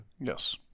Yes